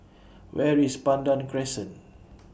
Where IS Pandan Crescent